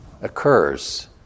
occurs